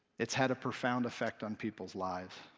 it's had a profound effect on people's lives.